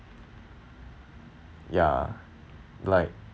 yeah like